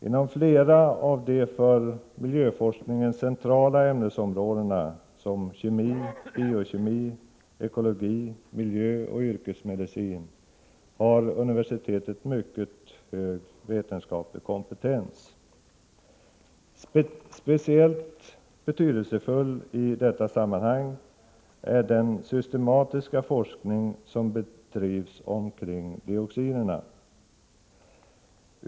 Inom flera av de för miljöforskningens centrala ämnesområdena — kemi, biokemi, ekologi, miljö och yrkesmedicin — har universitetet mycket hög vetenskaplig kompetens. Speciellt betydelsefull i detta sammanhang är den systematiska forskning som bedrivs kring dioxiner.